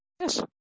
Yes